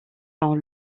sont